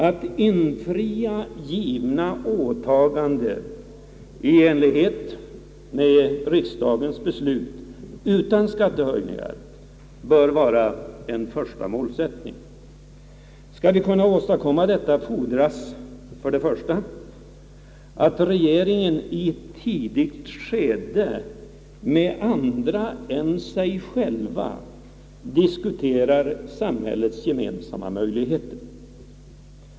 Att infria givna åtaganden i enlighet med riksdagens beslut och utan skattehöjningar bör vara en första målsättning. Skall vi kunna åstadkomma detta fordras för det första, att regeringen i ett tidigt skede diskuterar samhällets gemensamma möjligheter med andra än sig själv.